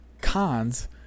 Cons